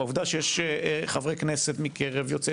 העובדה שיש חברי כנסת מקרב יוצאי